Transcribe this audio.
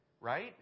right